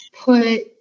put